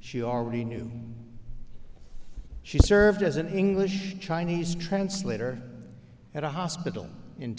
she already knew she served as an english chinese translator at a hospital in